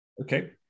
Okay